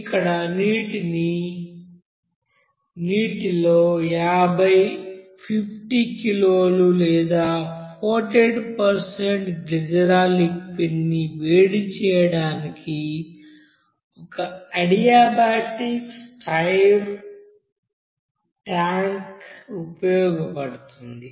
ఇక్కడ నీటిలో 50 కిలోలు లేదా 48 గ్లిసరాల్ లిక్విడ్ ని వేడి చేయడానికి ఒక అడియాబాటిక్ స్టైర్ ట్యాంక్ ఉపయోగించబడుతుంది